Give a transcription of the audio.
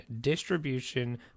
distribution